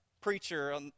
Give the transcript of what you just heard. preacher